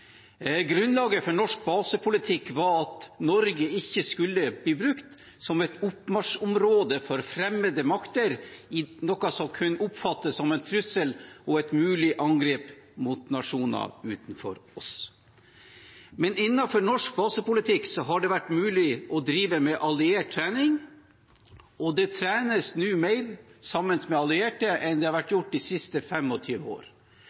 Grunnlaget for norsk basepolitikk var at Norge ikke skulle bli brukt som et oppmarsjområde for fremmede makter i noe som kunne oppfattes som en trussel og et mulig angrep mot nasjoner utenfor oss. Men innenfor norsk basepolitikk har det vært mulig å drive med alliert trening, og det trenes nå mer sammen med allierte enn det har vært gjort de siste 25 år.